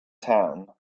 town